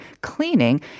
cleaning